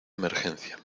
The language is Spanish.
emergencia